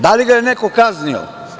Da li ga je neko kaznio?